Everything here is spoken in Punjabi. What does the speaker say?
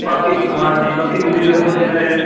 ਬਾਕੀ ਹਾਂਜੀ ਬਾਕੀ ਤੁਸੀਂ ਦੱਸੋ ਜਿਵੇਂ